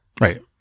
Right